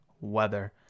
weather